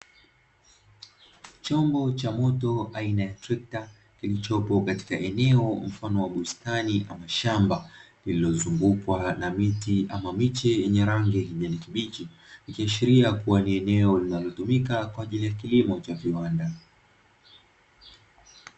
Chombo cha moto aina ya trekta kilichopo katika eneo mfano wa bustani ama shamba lililozungwa na miti ama miche yenye rangi ya kijani kibichi, ikiashiria kua ni eneo linalotumika kwa ajili ya kilimo cha viwanda.